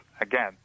again